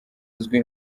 uzwi